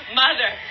mother